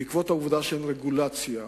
כיוון שאין רגולציה,